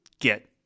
get